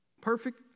perfect